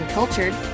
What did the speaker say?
Cultured